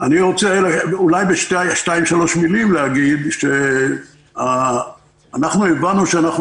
אני רוצה בשתיים שלוש מילים להגיד שאנחנו הבנו שאנחנו